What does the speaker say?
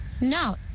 No